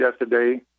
yesterday